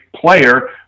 player